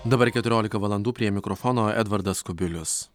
dabar keturiolika valandų prie mikrofono edvardas kubilius